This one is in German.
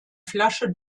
flasche